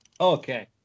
Okay